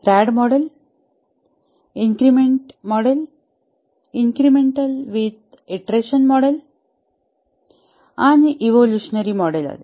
हे RAD model increment model incremental with iteration model आणि evolutionary model आले